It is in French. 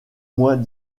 moins